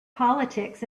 politics